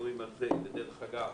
על זה דרך אגב,